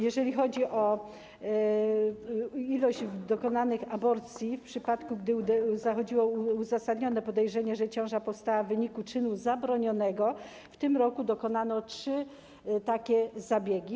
Jeżeli chodzi o ilość dokonanych aborcji w przypadku, gdy zachodziło uzasadnione podejrzenie, że ciąża powstała w wyniku czynu zabronionego, w tym roku dokonano trzy takie zabiegi.